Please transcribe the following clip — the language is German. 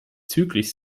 zyklisch